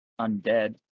undead